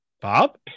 bob